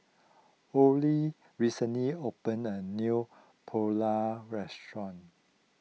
Ole recently opened a new Pulao Restaurant